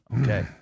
Okay